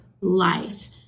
life